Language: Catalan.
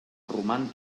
roman